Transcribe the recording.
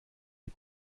die